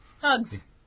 Hugs